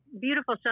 beautiful